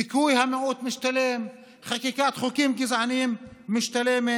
דיכוי המיעוט משתלם, חקיקת חוקים גזעניים משתלמת.